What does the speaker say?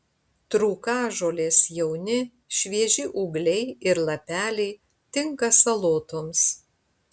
trūkažolės jauni švieži ūgliai ir lapeliai tinka salotoms